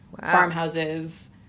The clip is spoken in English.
farmhouses